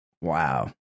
Wow